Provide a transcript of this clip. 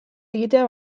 egitea